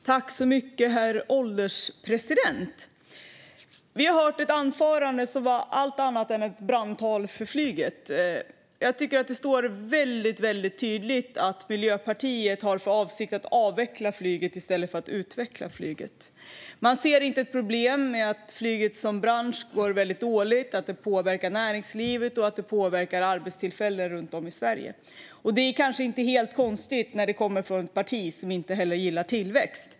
Herr ålderspresident! Vi har hört ett anförande som var allt annat än ett brandtal för flyget. Det blir väldigt tydligt att Miljöpartiet har för avsikt att avveckla flyget i stället för att utveckla flyget. Man ser inget problem med att flygbranschen går dåligt och att det påverkar näringsliv och arbetstillfällen runt om i Sverige. Det är kanske inte helt konstigt när det kommer från ett parti som inte heller gillar tillväxt.